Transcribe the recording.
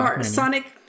Sonic